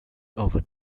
over